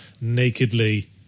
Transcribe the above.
nakedly